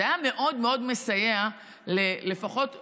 זה היה מאוד מאוד מסייע לפחות להוריד,